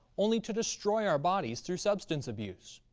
only to destroy our bodies through substance abuse.